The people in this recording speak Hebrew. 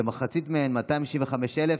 כמחצית מהן, 265,000,